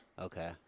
Okay